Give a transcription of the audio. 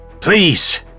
please